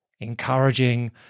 encouraging